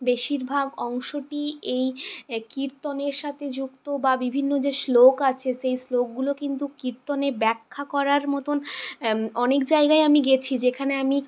বেশিরভাগ অংশটি এই কীর্তনের সাথে যুক্ত বা বিভিন্ন যে শ্লোক আছে সেই শ্লোকগুলো কিন্তু কীর্তনের ব্যাখ্যা করার মতন অনেক জায়গায় আমি গেছি যেখানে আমি